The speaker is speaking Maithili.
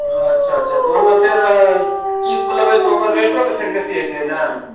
अच्छा अच्छा तऽ ओहिमे फेर किस्त लेबै तऽ ओकर रेटो तऽ फेर बेसी होयतै ने